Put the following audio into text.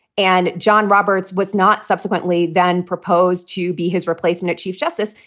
and john roberts was not subsequently then proposed to be his replacement chief justice.